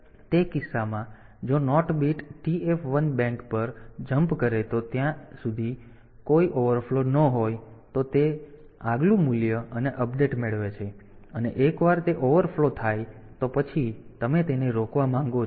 તેથી તે કિસ્સામાં જો નૉટ બીટ TF 1 બેક પર જમ્પ કરે તો જ્યાં સુધી ત્યાં કોઈ ઓવરફ્લો ન હોય તો તે આગલું મૂલ્ય અને અપડેટ મેળવે છે અને એકવાર તે ઓવરફ્લો થાય તો પછી તમે તેને રોકવા માંગો છો